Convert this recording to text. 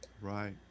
Right